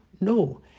No